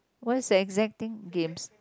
what's the exact thing games